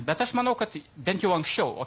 bet aš manau kad bent jau anksčiau o